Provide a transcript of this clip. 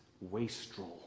wastrel